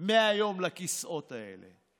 100 יום לכיסאות האלה.